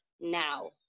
now